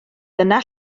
dyna